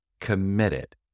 committed